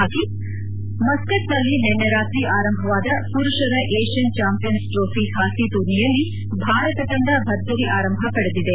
head ಮಸ್ಥಟ್ನಲ್ಲಿ ನಿನ್ನೆ ರಾತ್ರಿ ಆರಂಭವಾದ ಪುರುಷರ ಏಷ್ಣನ್ ಚಾಂಪಿಯನ್ಸ್ ಟ್ರೋಫಿ ಹಾಕಿ ಟೂರ್ನಿಯಲ್ಲಿ ಭಾರತ ತಂಡ ಭರ್ಜರಿ ಆರಂಭ ಪಡೆದಿದೆ